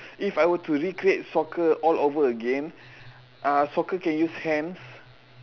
if I were to recreate soccer all over again uh soccer can use hands